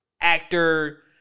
Actor